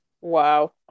Wow